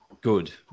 good